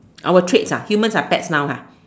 our traits ah humans are pets now ah